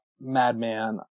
madman